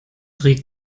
regt